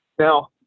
Now